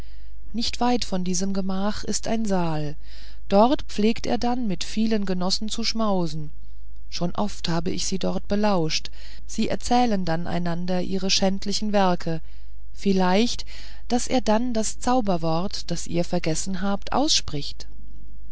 nicht weit von diesem gemach ist ein saal dort pflegt er dann mit vielen genossen zu schmausen schon oft habe ich sie dort belauscht sie erzählen dann einander ihre schändlichen werke vielleicht daß er dann das zauberwort das ihr vergessen habt ausspricht